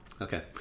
Okay